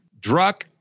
druck